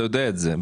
אתה יודע את זה.